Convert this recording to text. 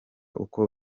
uko